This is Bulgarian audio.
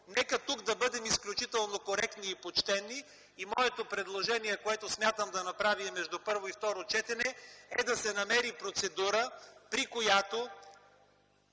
Нека тук да бъдем изключително коректни и почтени. Моето предложение, което смятам да направя между първо и второ четене, е да се намери процедура, при която